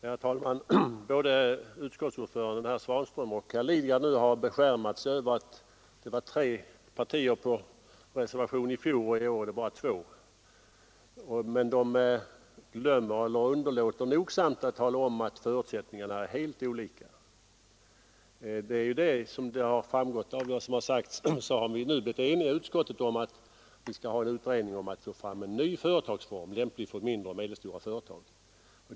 Herr talman! Både utskottsordföranden herr Svanström och herr Lidgard har nu beskärmat sig över att tre partier var med på reservationen i fjol men att det i år bara är två, men de glömmer, eller underlåter nogsamt att tala om, att förutsättningarna är helt olika. Som det har framgått av vad som har sagts har vi nu blivit eniga i utskottet om att vi skall ha en utredning som skall arbeta för att få fram en ny företagsform, lämplig för de mindre och medelstora företagen.